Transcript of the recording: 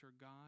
God